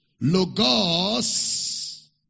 logos